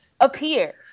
appear